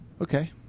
Okay